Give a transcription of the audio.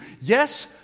Yes